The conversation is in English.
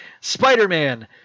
Spider-Man